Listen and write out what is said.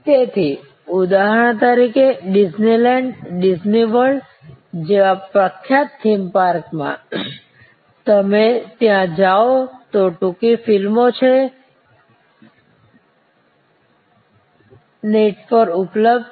તેથી ઉદાહરણ તરીકે ડિઝની લેન્ડ ડિઝની વર્લ્ડ જેવા પ્રખ્યાત થીમ પાર્ક માં તમે ત્યાં જુઓ તો ટૂંકી ફિલ્મો છે માં નેટ પર ઉપલબ્ધ છે